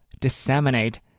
disseminate